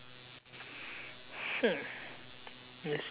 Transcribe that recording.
!huh!